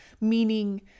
meaning